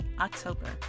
october